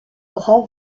bras